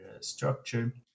structure